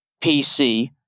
PC